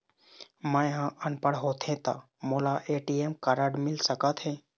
मैं ह अनपढ़ होथे ता मोला ए.टी.एम कारड मिल सका थे?